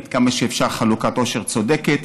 עד כמה שאפשר חלוקת עושר צודקת.